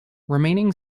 remaining